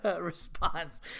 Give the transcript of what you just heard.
response